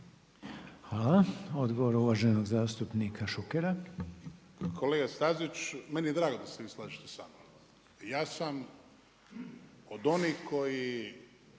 Hvala. Odgovor uvaženog zastupnika Šukera. **Šuker, Ivan (HDZ)** Kolega Stazić, meni je drago da se vi slažete sa mnom. Ja sam od onih koji